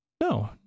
No